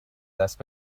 دست